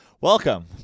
Welcome